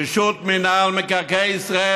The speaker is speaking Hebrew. רשות מקרקעי ישראל,